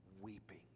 weeping